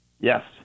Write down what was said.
Yes